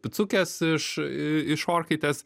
picukės iš iš orkaitės